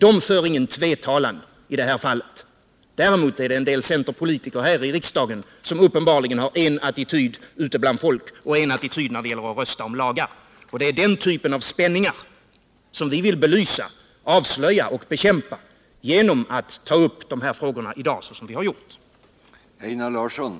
De för ingen tvetalan i det här fallet. Däremot är det en del centerpolitiker här i riksdagen som uppenbarligen har en attityd ute bland folk och en annan attityd när det gäller att rösta om lagar. Det är den typen av spänningar som vi vill belysa, avslöja och bekämpa genom att, såsom vi har gjort i dag, ta upp dessa frågor.